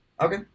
Okay